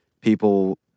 people